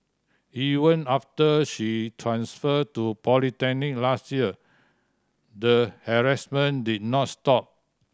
even after she transferred to polytechnic last year the harassment did not stop